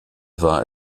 war